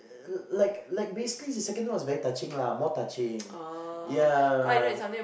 like like basically the second one was very touching lah more touching ya